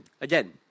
again